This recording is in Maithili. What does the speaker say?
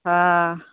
हँ